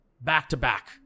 back-to-back